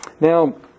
Now